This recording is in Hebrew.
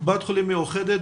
קופת חולים מאוחדת,